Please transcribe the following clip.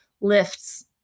lifts